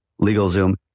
LegalZoom